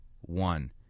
one